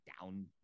down